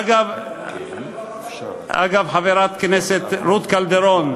אגב, חברת הכנסת רות קלדרון,